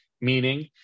meaning